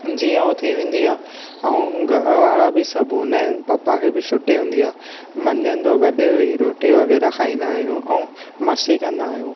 जीअं हू थी वेंदी आहे ऐं घर वारा बि सभु हूंदा आहिनि पप्पा खे भी छुट्टी हूंदी आहे मंझंदि जो गॾु वेही रोटी वगै़रह खाईंदा आहियूं ऐं मस्ती कंदा आहियूं